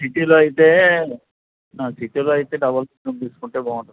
సిటీలో అయితే సిటీలో అయితే డబల్ బెడ్ రూమ్ తీసుకుంటే బాగుంటది